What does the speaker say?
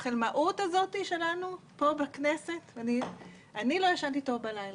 החלמאות הזאת שלנו פה בכנסת אני לא ישנתי טוב בלילה.